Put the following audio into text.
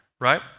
right